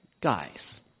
guys